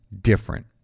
different